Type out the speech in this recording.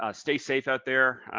ah stay safe out there.